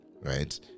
right